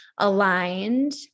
aligned